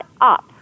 up